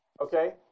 okay